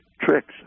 tricks